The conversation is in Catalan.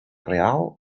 real